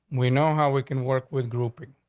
we know how we can work with group,